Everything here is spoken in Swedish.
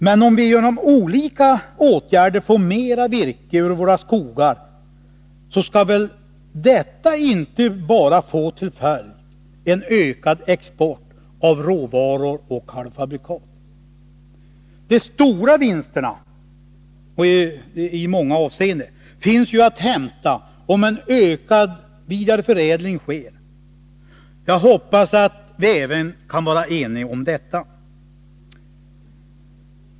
Men om vi genom olika åtgärder får ut mera virke ur våra skogar, skall väl det inte bara få till följd en ökad export av råvaror och halvfabrikat. De stora vinsterna — det gäller i många avseenden -— finns ju att hämta, om en ökad vidareförädling sker. Jag hoppas att vi även kan vara eniga om den saken.